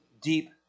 deep